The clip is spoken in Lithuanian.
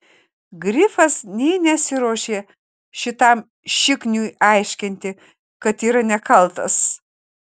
grifas nė nesiruošė šitam šikniui aiškinti kad yra nekaltas